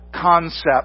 Concept